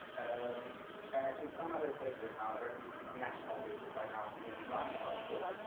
um and in some other cases however, these national dishes are not even iranian by core.